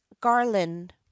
Garland